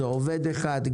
שזה עובד אחד,